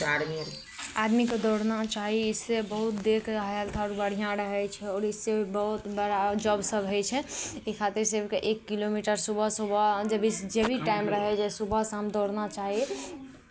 आदमीकेँ दौड़ना चाही इससे बहुत देहके हेल्थ आर बढ़िआँ रहै छै आओर इससे बहुत बड़ा जॉबसभ होइ छै ई खातिर सभके एक किलोमीटर सुबह सुबह जे भी जे भी टाइम रहै छै सुबह शाम दौड़ना चाही